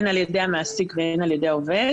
הן על ידי המעסיק והן על ידי העובד.